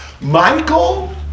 Michael